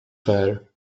fair